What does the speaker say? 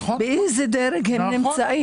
באיזה דרג הם נמצאים,